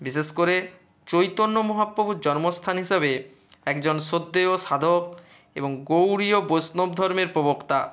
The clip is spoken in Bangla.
বিশেষ করে চৈতন্য মহাপ্রভুর জন্মস্থান হিসাবে একজন শ্রদ্ধেও সাধক এবং গৌড়ীয় বৈষ্ণব ধর্মের প্রবক্তা